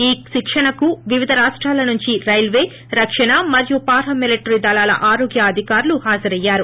ఈ శిక్షణకు వివిధ రాష్టాలనుంచి రైల్వే రక్షణ మరియు పారా మిలటరీ దళాల ఆరోగ్య అధికారులు హాజరయ్యారు